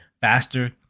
faster